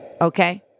Okay